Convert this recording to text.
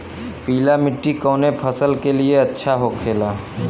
पीला मिट्टी कोने फसल के लिए अच्छा होखे ला?